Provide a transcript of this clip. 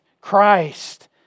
Christ